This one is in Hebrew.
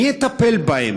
מי יטפל בהם?